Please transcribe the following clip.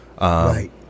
Right